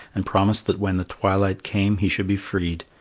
and promised that when the twilight came he should be freed.